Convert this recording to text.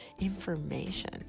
information